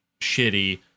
shitty